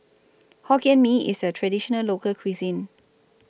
Hokkien Mee IS A Traditional Local Cuisine